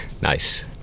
Nice